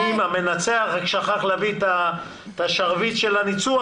המנצח רק שכח להביא את השרביט של הניצוח,